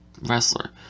wrestler